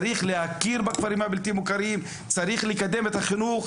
צריך להכיר בכפרים הבלתי מוכרים; צריך לקדם את החינוך.